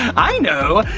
i know!